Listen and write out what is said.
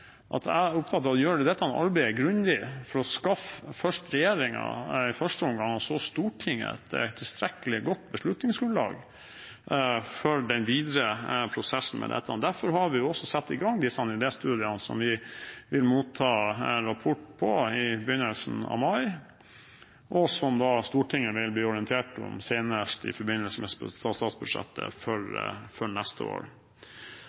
jeg sa i mitt innlegg, opptatt av å gjøre dette arbeidet grundig for å skaffe i første omgang regjeringen og så Stortinget et tilstrekkelig godt beslutningsgrunnlag for den videre prosessen med dette. Derfor har vi også satt i gang disse idéstudiene som vi vil motta rapport på i begynnelsen av mai, og som Stortinget vil bli orientert om senest i forbindelse med statsbudsjettet for neste år.